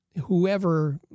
whoever